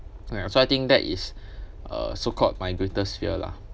alright so I think that is uh so called my greatest fear lah